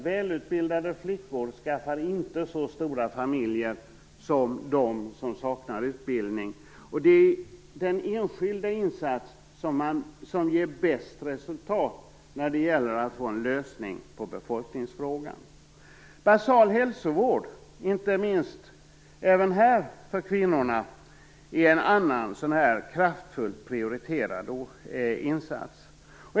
Välutbildade flickor skaffar inte så stora familjer som de som saknar utbildning. Detta är den enskilda insats som ger bäst resultat när det gäller att få en lösning på befolkningsfrågan. Basal hälsovård, inte minst även här för kvinnorna är en annan kraftfullt prioriterad insats.